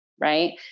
Right